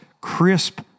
crisp